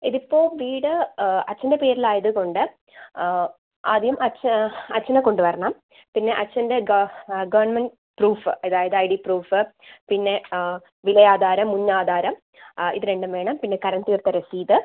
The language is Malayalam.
ഇത് ഇപ്പോൾ വീട് അച്ഛൻ്റെ പേരിൽ ആയത് കൊണ്ട് ആദ്യം അച്ഛൻ അച്ഛനെ കൊണ്ട് വരണം പിന്നെ അച്ഛൻ്റെ ഗവൺമെൻറ്റ് പ്രൂഫ് അതായത് ഐ ഡി പ്രൂഫ് പിന്നെ വില ആധാരം മുന്നാധാരം ആ ഇത് രണ്ടും വേണം പിന്നെ കരം തീർത്ത രസീത്